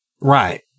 Right